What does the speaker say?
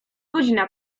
godzina